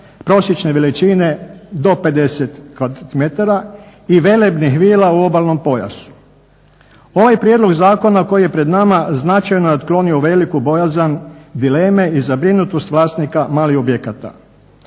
prosječne veličine do 50 kvadratnih metara i velebnih vila u obalnom pojasu. Ovaj prijedlog zakona koji je pred nama značajno je otklonio veliku bojazan dileme i zabrinutost vlasnika malih objekata.